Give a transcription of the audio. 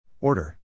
Order